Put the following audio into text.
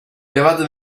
elevata